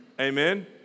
Amen